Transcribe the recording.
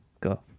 Go